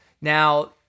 Now